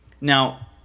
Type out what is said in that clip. now